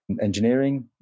engineering